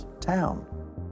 town